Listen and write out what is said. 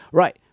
right